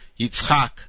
Yitzchak